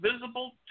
visible